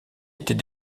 était